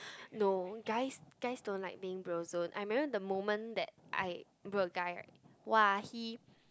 no guys guys don't like being bro-zoned I remember the moment that I bro a guy right !wah! he